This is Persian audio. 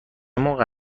موقع